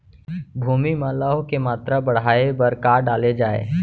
भूमि मा लौह के मात्रा बढ़ाये बर का डाले जाये?